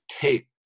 tape